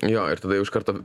jo ir tada jau iš karto